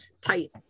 tight